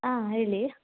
ಆಂ ಹೇಳಿ